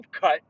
cut